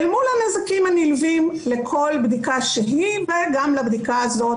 אל מול הנזקים הנלווים לכל בדיקה שהיא וגם לבדיקה הזאת